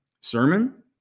Sermon